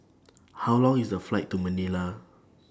How Long IS The Flight to Manila